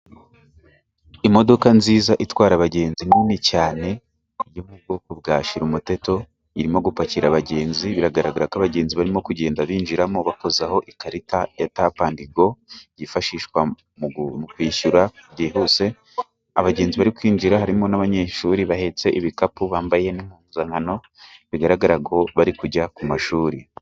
Imodoka nziza itwara abagenzi nini cyane yo mu bwoko bwa shirumuteto, irimo gupakira abagenzi biragaragara ko abagenzi barimo kugenda binjiramo, bakozaho ikarita ya tapandigo yifashishwa mu kwishyura byihuse. Abagenzi bari kwinjira, harimo n'abanyeshuri bahetse ibikapu bambaye n'impuzankano, bigaragara ko bari kujya ku mashuri.